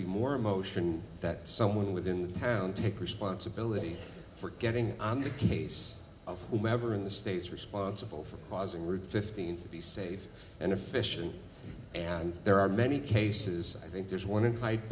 be more emotion that someone within the town take responsibility for getting on the case of whomever in the states responsible for causing word fifteen to be safe and efficient and there are many cases i think there's one in hyde